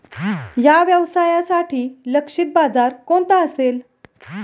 या व्यवसायासाठी लक्षित बाजार कोणता असेल?